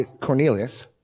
Cornelius